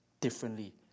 differently